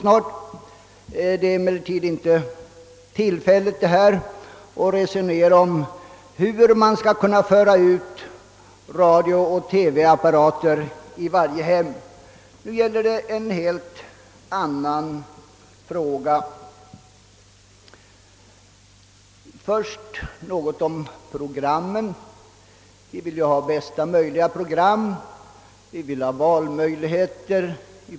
Detta är dock inte rätta tillfället att diskutera hur vi skall kunna förse varje hem med en radiooch TV-apparat. Nu gäller det helt andra frågor. Först några ord om programmen. Vi vill ha bästa möjliga program och goda valmöjligheter.